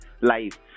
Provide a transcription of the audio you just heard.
life